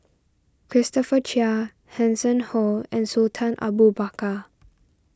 Christopher Chia Hanson Ho and Sultan Abu Bakar